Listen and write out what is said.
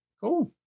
Cool